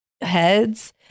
heads